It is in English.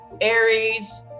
Aries